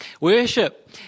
Worship